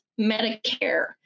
Medicare